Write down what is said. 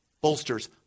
bolsters